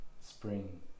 spring